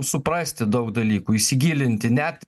suprasti daug dalykų įsigilinti net